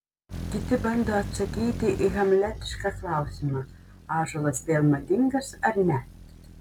kiti bando atsakyti į hamletišką klausimą ąžuolas vėl madingas ar ne